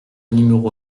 numéro